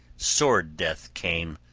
sword-death came,